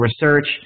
research